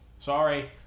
Sorry